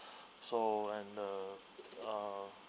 so and uh uh